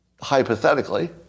hypothetically